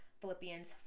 Philippians